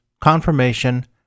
confirmation